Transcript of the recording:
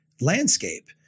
landscape